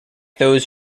those